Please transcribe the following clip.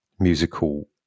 musical